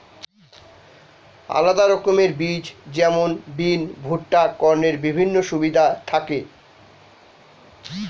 আলাদা রকমের বীজ যেমন বিন, ভুট্টা, কর্নের বিভিন্ন সুবিধা থাকি